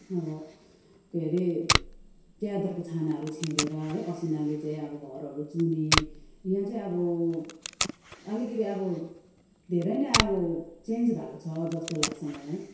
अब के रे च्यादरको छानाहरू छेडेर है असिनाले चाहिँ अब घरहरू चुहुने यो चाहिँ अब अलिकति अब धेरै नै अब चेन्ज भएको छ जस्तो लाग्छ मलाई